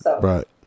Right